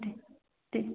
ठीक ठीक